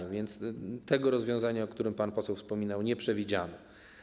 Tak więc tego rozwiązania, o którym pan poseł wspominał, nie przewidziano.